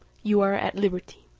you are at liberty.